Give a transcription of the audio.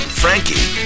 frankie